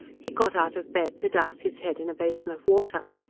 he got out of bed, to dowse his head in a basin of water.